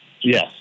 Yes